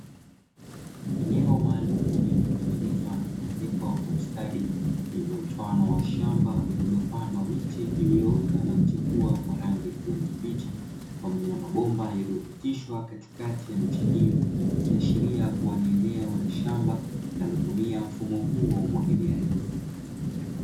Eneo maalumu lililotengenezwa na kuezekwa kwa ustadi, lililo mfano wa shamba lililopandwa miche iliyoota na kuchipua kwa rangi ya kijani kibichi, pamoja na mabomba yaliyopitishwa katikati ya miche hiyo; ikiashiria kuwa ni eneo la shamba linalitumia mfumo huo wa umwagiliaji.